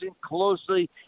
closely